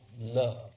love